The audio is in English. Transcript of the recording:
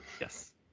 Yes